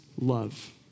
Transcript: love